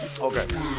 Okay